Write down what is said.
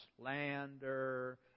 slander